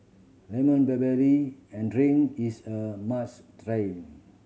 lemon barley and drink is a must try